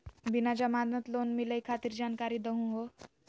बिना जमानत लोन मिलई खातिर जानकारी दहु हो?